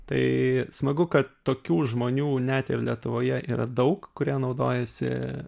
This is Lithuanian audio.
tai smagu kad tokių žmonių net ir lietuvoje yra daug kurie naudojasi